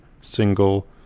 single